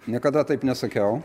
niekada taip nesakiau